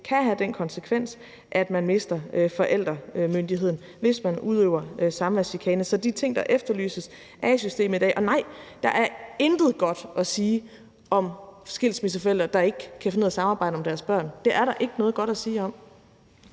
kan have den konsekvens, at man mister forældremyndigheden, hvis man udøver samværschikane. Så de ting, der efterlyses, er i systemet i dag. Og nej, der er intet godt at sige om skilsmisseforældre, der ikke kan finde ud af at samarbejde om deres børn. Det er der ikke noget godt at sige om.